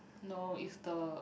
no is the